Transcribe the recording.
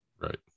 Right